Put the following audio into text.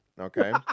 okay